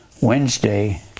Wednesday